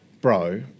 bro